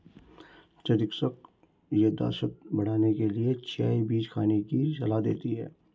चिकित्सक याददाश्त बढ़ाने के लिए चिया बीज खाने की सलाह देते हैं